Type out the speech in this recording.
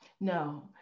no